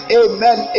amen